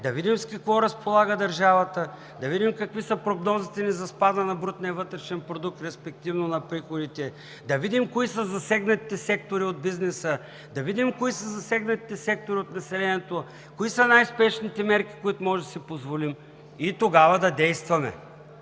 да видим с какво разполага държавата, да видим какви са прогнозите ни за спада на брутния вътрешен продукт, респективно на приходите, да видим кои са засегнатите сектори от бизнеса, да видим кои са засегнатите сектори от населението, кои са най-спешните мерки, които може да си позволим, и тогава да действаме.